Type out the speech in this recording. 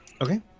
Okay